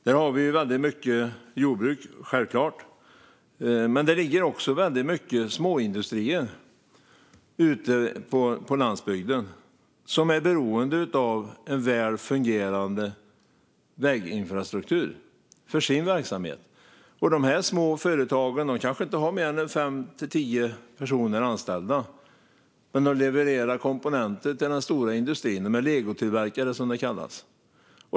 Där har vi mycket jordbruk, självfallet. Det ligger också många småindustrier ute på landsbygden som för sin verksamhet är beroende av en väl fungerande väginfrastruktur. Det är små företag som kanske inte har mer än fem eller tio personer anställda och som levererar komponenter till den stora industrin. De är legotillverkare, som det kallas.